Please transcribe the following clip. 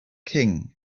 king